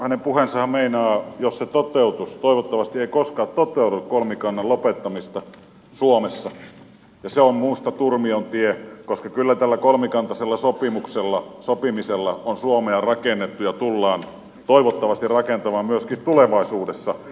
hänen puheensahan meinaa jos se toteutuisi toivottavasti ei koskaan toteudu kolmikannan lopettamista suomessa ja se on minusta turmion tie koska kyllä tällä kolmikantaisella sopimisella on suomea rakennettu ja tullaan toivottavasti rakentamaan myöskin tulevaisuudessa